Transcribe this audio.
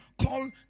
call